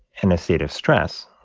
in a state of stress,